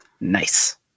Nice